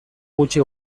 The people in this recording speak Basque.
gutxi